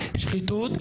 שחיתות,